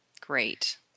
Great